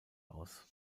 aus